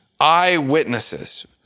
eyewitnesses